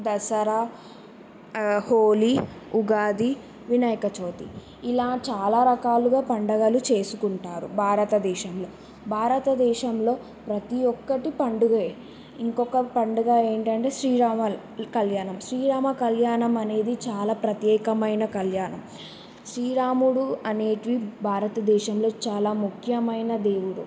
దసరా హోలీ ఉగాది వినాయక చవితి ఇలా చాలా రకాలుగా పండగలు చేసుకుంటారు భారతదేశంలో భారతదేశంలో ప్రతీ ఒక్కటి పండుగే ఇంకొక పండుగ ఏంటంటే శ్రీరామ కళ్యాణం శ్రీరామ కళ్యాణం అనేది చాలా ప్రత్యేకమైన కళ్యాణం శ్రీరాముడు అనేటి భారతదేశంలో చాలా ముఖ్యమైన దేవుడు